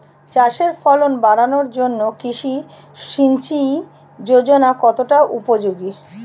চাষের ফলন বাড়ানোর জন্য কৃষি সিঞ্চয়ী যোজনা কতটা উপযোগী?